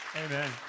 Amen